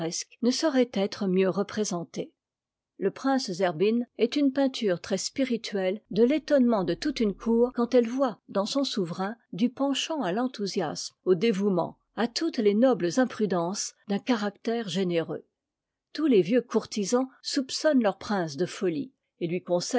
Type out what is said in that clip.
ne saurait être mieux représentée le prince zerbin est une peinture très spirituelle de l'étonnement de toute une cour quand elle voit dans son souverain du penchant à l'enthousiasme au dévouement à toutes les nobles imprudences d'un caractère généreux tous les vieux courtisans soupçonnent leur prince de folie et lui